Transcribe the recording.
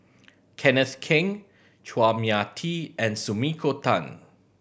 Kenneth Keng Chua Mia Tee and Sumiko Tan